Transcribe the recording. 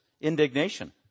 indignation